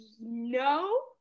no